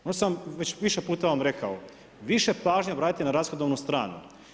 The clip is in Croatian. Ovo sam već više puta vam rekao, više pažnje obratite na rashodovnu stranu.